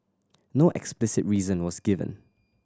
no explicit reason was given